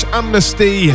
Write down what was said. amnesty